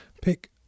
pick